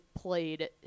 played